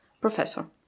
Professor